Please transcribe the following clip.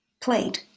played